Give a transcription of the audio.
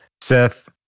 Seth